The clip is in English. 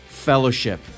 fellowship